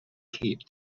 cape